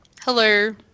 hello